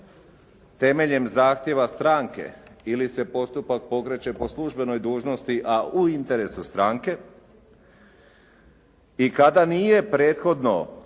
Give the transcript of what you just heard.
temeljem zahtjeva stranke ili se postupak pokreće po službenoj dužnosti a u interesu stranke i kada nije prethodno